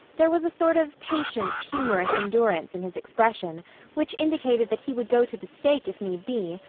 there was a sort of patient, humorous endurance in his expression which indicated that he would go to the stake if need be,